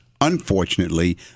unfortunately